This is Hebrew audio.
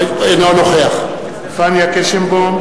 אינו נוכח פניה קירשנבאום,